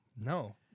No